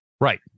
Right